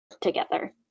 together